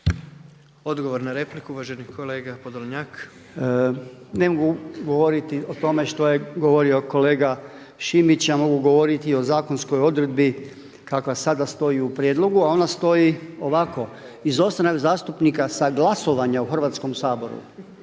Odgovor na repliku uvaženi kolega Podlolnjak. **Podolnjak, Robert (MOST)** Ne mogu govoriti o tome što je govorio kolega Šimić, ja mogu govoriti o zakonskoj odredbi kakva sada stoji u prijedlogu a ona stoji ovako. Izostanak zastupnika sa glasovanja u Hrvatskom saboru,